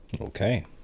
Okay